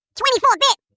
24-bit